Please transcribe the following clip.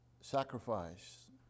sacrifice